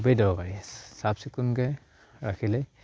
খুবেই দৰকাৰী চাফ চিকুণকে ৰাখিলে